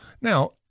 Now-